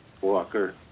Walker